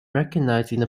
recognizing